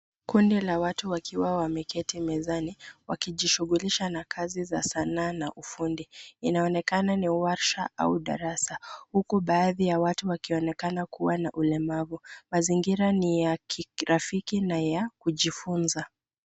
Kundi la watu wakiwa wameketi mezani, wakijishughulisha na kazi za sanaa na ufundi. Inaonekana ni warsha au darasa, huku baadhi ya watu wakionekana kuwa na ulemavu. Mazingira ni ya kirafiki na ya kujifunza.